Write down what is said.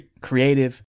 creative